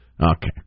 Okay